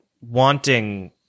wanting